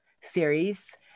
series